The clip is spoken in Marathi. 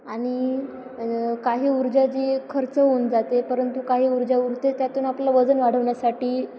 आणि काही ऊर्जा जी खर्च होऊन जाते परंतु काही ऊर्जा उरते त्यातून आपलं वजन वाढवण्यासाठी